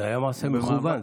זה היה מעשה מכוון.